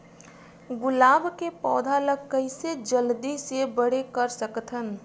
गुलाब के पौधा ल कइसे जल्दी से बड़े कर सकथन?